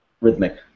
rhythmic